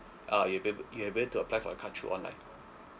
uh you'll be able you'll be able to apply for card through online